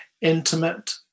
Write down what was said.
intimate